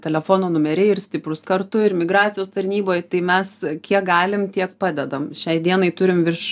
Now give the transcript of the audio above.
telefono numeriai ir stiprūs kartu ir migracijos tarnyboj tai mes kiek galim tie padedam šiai dienai turim virš